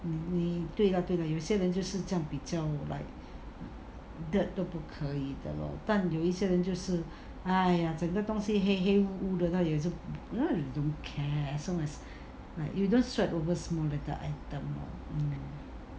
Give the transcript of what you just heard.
你对 lah 对 lah 有些人就是这样比较 like dirt 都不可以的 lor 但有一一些人就是 !aiya! 整个东西黑黑呜呜的他也是 !aiya! don't care as long as like you don't sweat over small little item lor